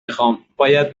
میخواهم، باید